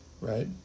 right